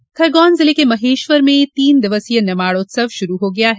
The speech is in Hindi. निमाड़ उत्सव खरगोन जिले के महेश्वर में तीन दिवसीय निमाड़ उत्सव शुरू हो गया है